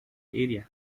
area